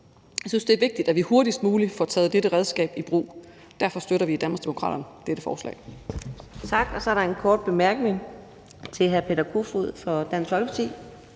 Jeg synes, det er vigtigt, at vi hurtigst muligt får taget dette redskab i brug. Derfor støtter vi i Danmarksdemokraterne dette forslag.